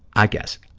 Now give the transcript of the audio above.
i guess,